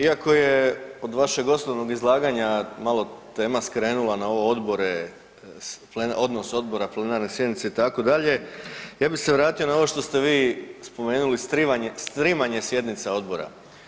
Iako je kod vašeg osnovnog izlaganja malo tema skrenula na ovo odbore, odnos odbora, plenarne sjednice, itd., ja bi se vratio na ovo što ste vi spomenuli, „streamanje“ sjednice odbora.